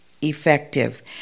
Effective